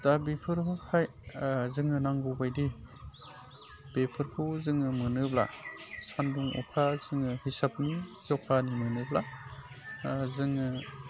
दा बेफोरनिफ्राय जोंनो नांगौबायदि बेफोरखौबो जोङो मोनोब्ला सान्दुं अखा जोङो हिसाबनि जखानि मोनोब्ला जोङो